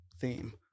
theme